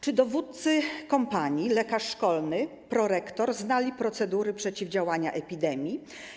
Czy dowódcy kompanii, lekarz szkolny, prorektor znali procedury przeciwdziałania epidemii?